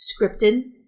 scripted